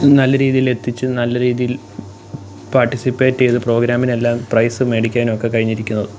നല്ല രീതിയിലെത്തിച്ച് നല്ല രീതിയിൽ പാര്ട്ടിസിപ്പേറ്റേയ്ത് പ്രോഗ്രാമിനെല്ലാം പ്രൈസ് മേടിക്കാനുവൊക്കെ കഴിഞ്ഞിരിക്കുന്നത്